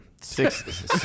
six